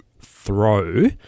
throw